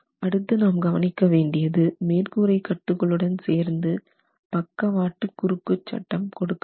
அடுத்து நாம் கவனிக்க வேண்டியது மேற்கூரை கட்டுகளுடன் சேர்ந்து பக்கவாட்டு குறுக்குச்சட்டம்கொடுக்க வேண்டும்